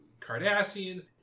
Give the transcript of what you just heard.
Cardassians